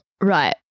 Right